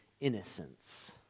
innocence